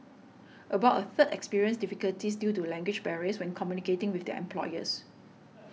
about a third experienced difficulties due to language barriers when communicating with their employers